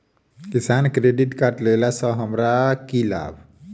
किसान credit card लेला सऽ हमरा की लाभ?